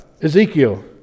Ezekiel